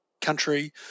country